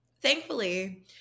thankfully